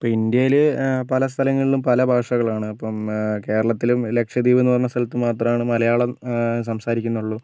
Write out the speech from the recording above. ഇപ്പം ഇന്ത്യയിൽ ഇപ്പോൾ പല സ്ഥലങ്ങളിലും പല ഭാഷകളാണ് അപ്പം കേരളത്തിലും ലക്ഷദ്വീപ് പറഞ്ഞ സ്ഥലത്ത് മാത്രമാണ് മലയാളം സംസാരിക്കുന്നുള്ളൂ